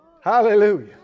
Hallelujah